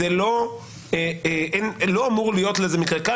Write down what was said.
לא אמור להיות בזה מקרה קל.